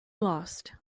lost